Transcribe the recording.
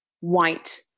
white